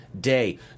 day